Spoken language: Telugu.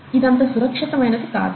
ఇది అంత సురక్షితమైనది కాదు